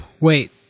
Wait